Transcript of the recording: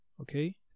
okay